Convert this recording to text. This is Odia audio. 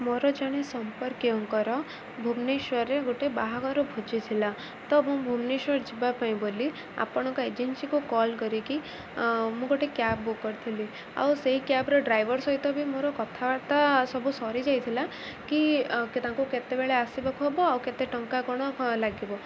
ମୋର ଜଣେ ସମ୍ପର୍କୀୟଙ୍କର ଭୁବନେଶ୍ୱରରେ ଗୋଟେ ବାହାଘର ଭୋଜି ଥିଲା ତ ମୁଁ ଭୁବନେଶ୍ୱର ଯିବା ପାଇଁ ବୋଲି ଆପଣଙ୍କ ଏଜେନ୍ସିକୁ କଲ୍ କରିକି ମୁଁ ଗୋଟେ କ୍ୟାବ୍ ବୁକ୍ କରିଥିଲି ଆଉ ସେଇ କ୍ୟାବ୍ର ଡ୍ରାଇଭର୍ ସହିତ ବି ମୋର କଥାବାର୍ତ୍ତା ସବୁ ସରିଯାଇଥିଲା କି ତା'ଙ୍କୁ କେତେବେଳେ ଆସିବାକୁ ହେବ ଆଉ କେତେ ଟଙ୍କା କ'ଣ ଲାଗିବ